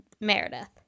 Meredith